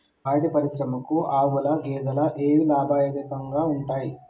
పాడి పరిశ్రమకు ఆవుల, గేదెల ఏవి లాభదాయకంగా ఉంటయ్?